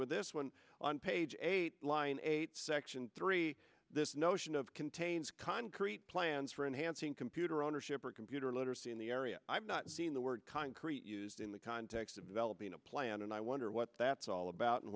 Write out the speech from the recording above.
with this one on page eight line eight section three this notion of contains concrete plans for enhancing computer ownership or computer literacy in the area i've not seen the word concrete used in the context of developing a plan and i wonder what that's all about and